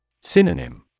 Synonym